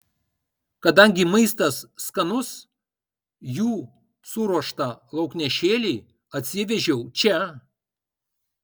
kadangi maistas skanus jų suruoštą lauknešėlį atsivežiau čia